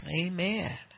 amen